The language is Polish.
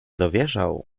dowierzał